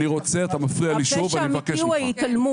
אני רוצה, אתה מפריע לי שוב, אני מבקש ממך.